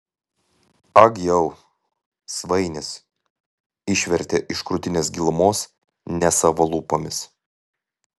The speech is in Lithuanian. ag jau svainis išvertė iš krūtinės gilumos ne savo lūpomis